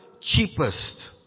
cheapest